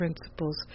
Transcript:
Principles